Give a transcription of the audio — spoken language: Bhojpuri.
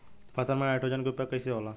फसल में नाइट्रोजन के उपयोग कइसे होला?